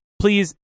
please